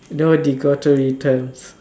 no returns